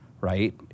right